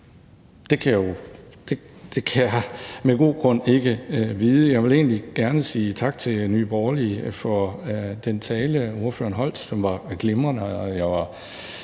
kan jeg med god grund ikke vide. Jeg vil egentlig gerne sige tak til Nye Borgerlige for den tale, ordføreren holdt, som var glimrende,